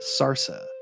Sarsa